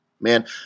Man